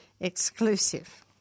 exclusive